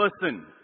person